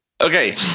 Okay